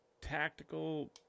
tactical